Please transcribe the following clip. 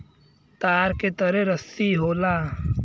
तार के तरे रस्सी होला